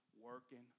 working